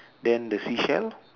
then the seashell